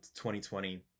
2020